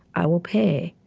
i will pay.